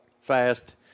Fast